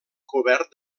cobert